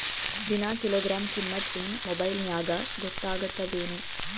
ದಿನಾ ಕಿಲೋಗ್ರಾಂ ಕಿಮ್ಮತ್ ಏನ್ ಮೊಬೈಲ್ ನ್ಯಾಗ ಗೊತ್ತಾಗತ್ತದೇನು?